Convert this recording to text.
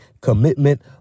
commitment